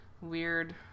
weird